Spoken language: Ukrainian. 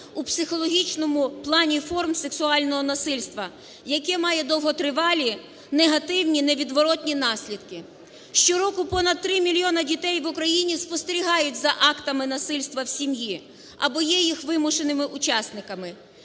у психологічному плані форм сексуального насильства, яке має довготривалі, негативні, невідворотні наслідки. Щороку понад 3 мільйона дітей в Україні спостерігають за актами насильства у сім'ї або є їх вимушеними учасниками.